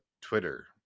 Twitter